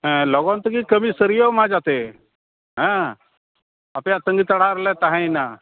ᱦᱮᱸ ᱞᱚᱜᱚᱱ ᱛᱮᱜᱮ ᱠᱟᱹᱢᱤ ᱥᱟᱹᱨᱭᱟᱹᱣ ᱢᱟ ᱡᱟᱛᱮ ᱦᱮᱸ ᱟᱯᱮᱭᱟᱜ ᱛᱟᱹᱜᱤ ᱛᱟᱲᱟᱜ ᱨᱮᱞᱮ ᱛᱟᱦᱮᱭᱮᱱᱟ